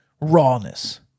rawness